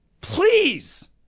Please